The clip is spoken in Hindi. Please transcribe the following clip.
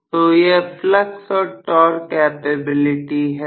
तो यह फ्लक्स और टॉर्क कैपेबिलिटी है